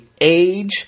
age